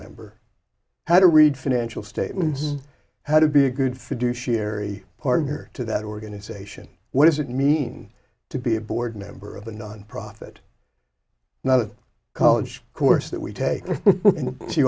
member how to read financial statements how to be a good fiduciary partner to that organization what does it mean to be a board member of a nonprofit not a college course that we take